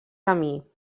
camí